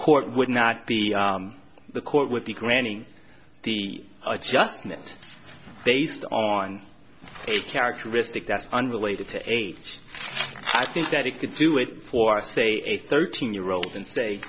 court would not be the court would be granting the i just met based on a characteristic that's unrelated to age i think that it could do it for say a thirteen year old and say